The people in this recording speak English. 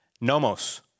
Nomos